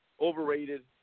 overrated